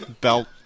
belt